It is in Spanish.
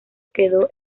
quedó